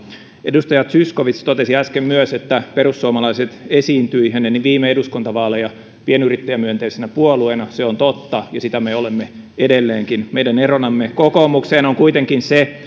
edustaja zyskowicz totesi äsken myös että perussuomalaiset esiintyivät ennen viime eduskuntavaaleja pienyrittäjämyönteisenä puolueena se on totta ja sitä me olemme edelleenkin meidän eronamme kokoomukseen on kuitenkin se